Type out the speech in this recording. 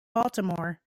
baltimore